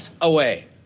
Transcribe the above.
away